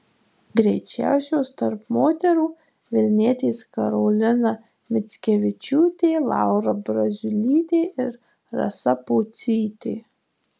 greičiausios tarp moterų vilnietės karolina mickevičiūtė laura braziulytė ir rasa pocytė